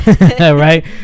Right